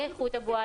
לאיכות הבועה,